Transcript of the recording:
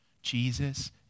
Jesus